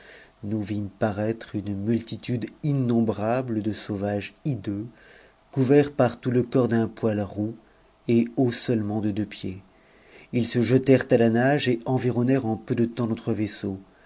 nous vîmes paraître une multitude honibrame de sauvages hideux couverts par tout le corps d'un poil m x et hauts seulement de deux pieds ils se jetèrent à la nage et envimimërent en peu de temps notre vaisseau